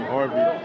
Harvey